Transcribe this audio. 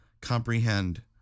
comprehend